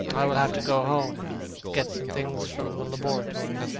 i shall have to go home and get some things from the laboratory.